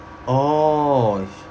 oh